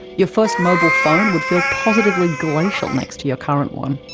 your first mobile phone would feel positively glacial next to your current one.